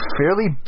fairly